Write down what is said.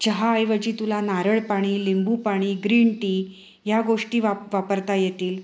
चहाऐवजी तुला नारळ पाणी लिंबू पाणी ग्रीन टी ह्या गोष्टी वाप वापरता येतील